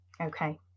Okay